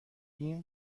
این